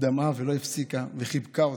דמעה ולא הפסיקה, וחיבקה אותה.